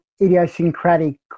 idiosyncratic